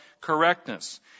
correctness